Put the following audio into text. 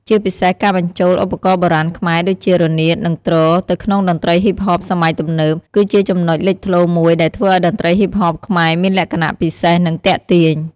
ជាពិសេសការបញ្ចូល ឧបករណ៍បុរាណខ្មែរ ដូចជា រនាត និង ទ្រ ទៅក្នុងតន្ត្រីហ៊ីបហបសម័យទំនើប គឺជាចំណុចលេចធ្លោមួយដែលធ្វើឱ្យតន្ត្រីហ៊ីបហបខ្មែរមានលក្ខណៈពិសេស និងទាក់ទាញ។